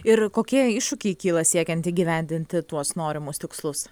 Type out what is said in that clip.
ir kokie iššūkiai kyla siekiant įgyvendinti tuos norimus tikslus